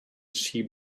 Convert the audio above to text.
cheap